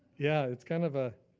yeah, it's kind of a,